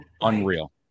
unreal